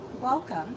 Welcome